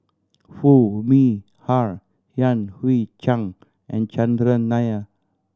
Foo Mee Har Yan Hui Chang and Chandran Nair